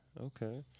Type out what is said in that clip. Okay